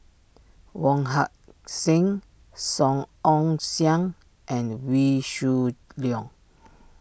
Wong Heck Sing Song Ong Siang and Wee Shoo Leong